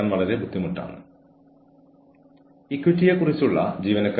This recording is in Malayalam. അവരുടെ വർക്ക് പ്ലാൻ വികസിപ്പിക്കാൻ നമ്മൾ അവരെ സഹായിക്കുന്നു